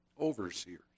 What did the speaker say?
Overseers